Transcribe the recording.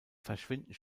verschwinden